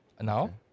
Now